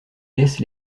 laisse